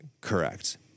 correct